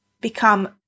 become